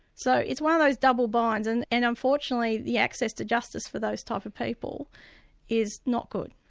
so it's one of those double binds, and and unfortunately the access to justice for those type of people is not good.